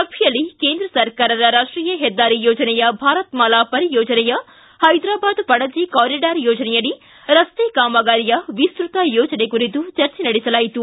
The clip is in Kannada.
ಸಭೆಯಲ್ಲಿ ಕೇಂದ್ರ ಸರಕಾರದ ರಾಷ್ಟೀಯ ಹೆದ್ದಾರಿ ಯೋಜನೆಯ ಭಾರತಮಾಲಾ ಪರಿಯೋಜನೆಯ ಹೈದರಾಬಾದ್ ಪಣಜಿ ಕಾರಿಡಾರ್ ಯೋಜನೆಯಡಿ ರಸ್ತೆ ಕಾಮಗಾರಿಯ ವಿಸ್ತತ ಯೋಜನೆ ಕುರಿತು ಚರ್ಚೆ ನಡೆಸಲಾಯಿತು